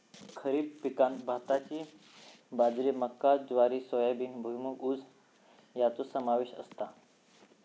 खरीप पिकांत भाताची बाजरी मका ज्वारी सोयाबीन भुईमूग ऊस याचो समावेश असता